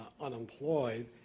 unemployed